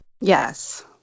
Yes